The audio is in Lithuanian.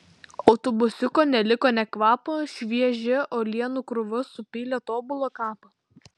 autobusiuko neliko nė kvapo šviežia uolienų krūva supylė tobulą kapą